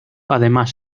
además